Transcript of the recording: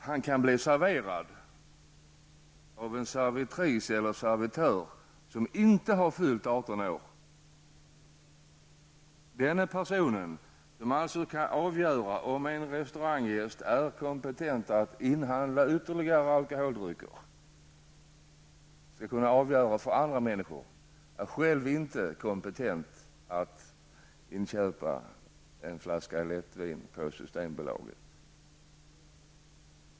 Han kan bli serverad av en servitris eller servitör som inte har fyllt 18 år. Denna person, som alltså skall avgöra om en restauranggäst är kompetent att inhandla alkoholdrycker, är själv inte kompetent att inköpa en flaska lättvin på Systembolaget.